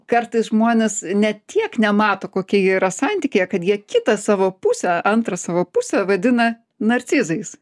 kartais žmonės ne tiek nemato kokie jie yra santykyje kad jie kitą savo pusę antrą savo pusę vadina narcizais